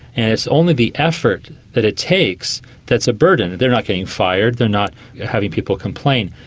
and it's only the effort that it takes that's a burden. they're not getting fired, they're not having people complain.